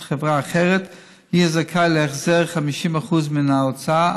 חברה אחרת יהיה זכאי להחזר 50% מן ההוצאה,